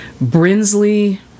Brinsley